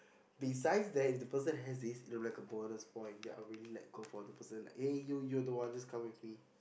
besides that if the person has this its like a bonus point they are really go for the person like eh you you are the one just come with me